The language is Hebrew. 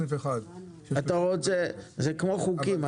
זה כמו חוקים,